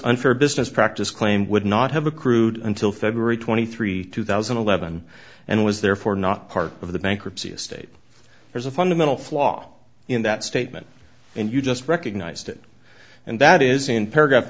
unfair business practice claimed would not have accrued until february twenty three two thousand and eleven and was therefore not part of the bankruptcy estate there's a fundamental flaw in that statement and you just recognized it and that is in paragraph